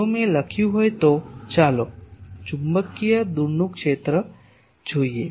જો મેં લખ્યું હોય તો ચાલો ચુંબકીય દૂરનું ક્ષેત્ર જોઈએ